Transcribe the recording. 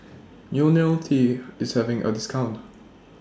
Ionil T IS having A discount